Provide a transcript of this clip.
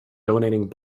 donating